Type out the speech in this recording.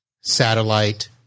satellite